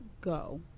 go